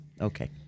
Okay